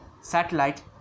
satellite